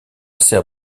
assez